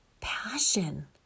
passion